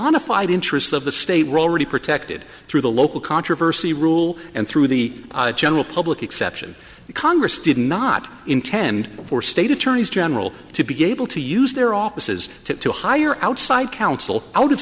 bonafide interests of the state role really protected through the local controversy rule and through the general public exception congress did not intend for state attorneys general to be able to use their offices to hire outside counsel out of